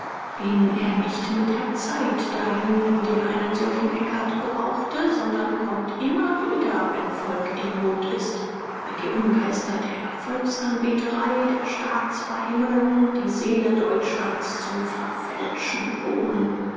ging er nicht mit der zeit dahin die einen solchen eckart brauchte sondern kommt immer wieder wenn volk in not ist wenn die ungeister der erfolgsanbeterei der staatsverhimmelung die seele deutschlands zu verfälschen drohen